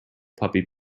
puppy